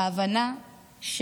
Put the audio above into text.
ההבנה,